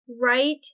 right